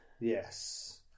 yes